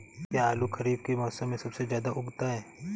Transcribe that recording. क्या आलू खरीफ के मौसम में सबसे अच्छा उगता है?